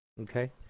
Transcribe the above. Okay